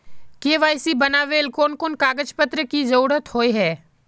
KYC बनावेल कोन कोन कागज पत्र की जरूरत होय है?